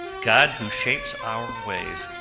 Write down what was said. god who shapes our ways,